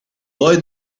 why